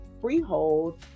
Freehold